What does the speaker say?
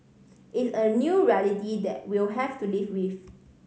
it's a new reality that we'll have to live with